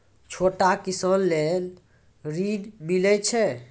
छोटा किसान लेल ॠन मिलय छै?